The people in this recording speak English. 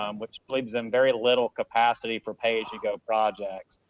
um which believes them very little capacity for pay as you go projects.